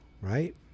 right